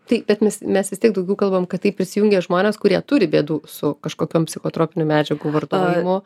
taip bet mes mes vis tiek daugiau kalbam kad tai prisijungia žmonės kurie turi bėdų su kažkokiom psichotropinių medžiagų vartojimu